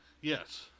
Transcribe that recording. Yes